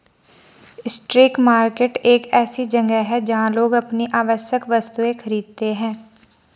street market एक ऐसी जगह है जहां लोग अपनी आवश्यक वस्तुएं खरीदते हैं